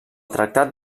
tractat